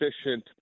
efficient